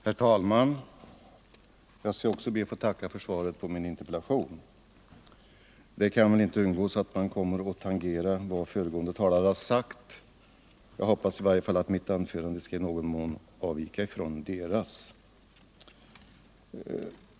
av olönsam Herr talman! Jag skall också be att få tacka för svaret på min injärnvägstrafik, terpellation. Man kan väl inte undgå att tangera vad de föregående talarna — m.m. har sagt, men jag hoppas att mitt anförande i varje fall skall avvika något från deras.